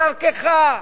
בדרכך,